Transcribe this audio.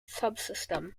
subsystem